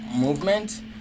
movement